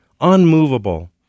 unmovable